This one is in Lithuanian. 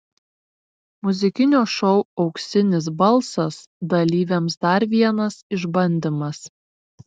muzikinio šou auksinis balsas dalyviams dar vienas išbandymas